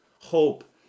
Hope